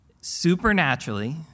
Supernaturally